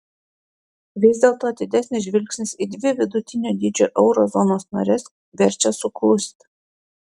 vis dėlto atidesnis žvilgsnis į dvi vidutinio dydžio euro zonos nares verčia suklusti